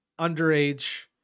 underage